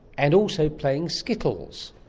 and also playing skittles.